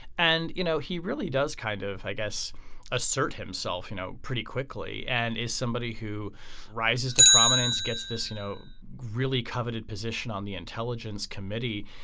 and you know he really does kind of i guess assert himself you know pretty quickly and is somebody who rises to prominence gets this you know really coveted position on the intelligence committee.